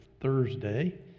Thursday